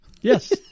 yes